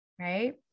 right